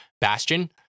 bastion